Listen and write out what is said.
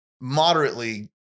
moderately